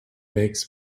makes